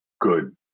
good